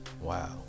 Wow